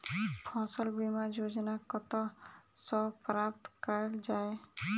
फसल बीमा योजना कतह सऽ प्राप्त कैल जाए?